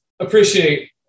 Appreciate